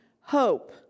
Hope